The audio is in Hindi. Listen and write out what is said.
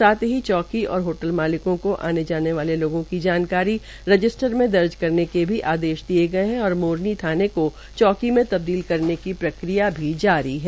साथ ही चौकी और होटल मालिकों को आने वाले लोगों की जानकारी रजिस्टर में दर्ज करने के भी आदेश दिये गये है और मोरनी थाने को चौकी में तब्दील करने की प्रक्रिया भी जारी है